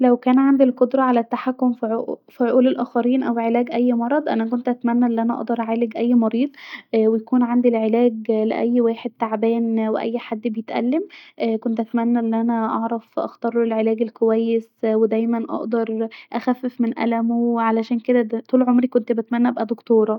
لو كان عندي القدره علي التحكم في عقول الاخرين او علاج اي مرض كنت اتمني ان انا اقدر اعالج اي مريض ويكون عندي العلاج لاي واحد تعبان واي حد بيتألم كنت اتمني ان انا اعرف اختارله العلاج الكويس ودايما اقدر اخفف من اللمه وعلشان كدا طول عمري كنت اتمني ان انا ابقي دكتوره.